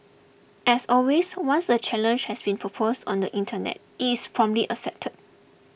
as always once a challenge has been proposed on the Internet it's promptly accepted